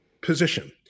position